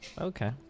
Okay